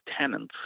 tenants